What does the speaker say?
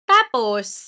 Tapos